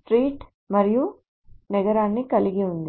street మరియు నగరాన్ని కలిగి ఉంది